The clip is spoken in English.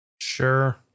Sure